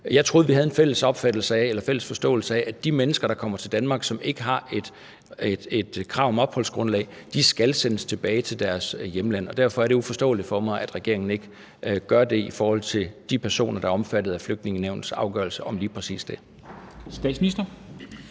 man sige, angående det sydeuropæiske i forhold til Tyrkiets ageren – og som ikke har et opholdskrav, skal sendes tilbage til deres hjemland. Derfor er det uforståeligt for mig, at regeringen ikke gør det i forhold til de personer, der er omfattet af Flygtningenævnets afgørelse om lige præcis det. Kl.